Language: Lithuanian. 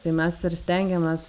tai mes ir stengiamės